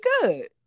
good